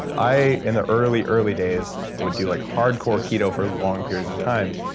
and i, in the early, early days, would do like hardcore keto for long periods of time.